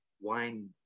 Wine